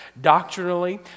doctrinally